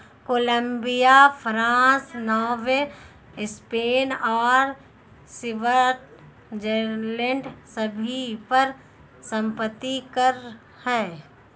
Colombia, France, Norway, Spain और Switzerland सभी पर संपत्ति कर हैं